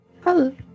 Hello